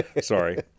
Sorry